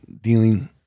dealing